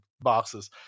boxes